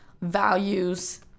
values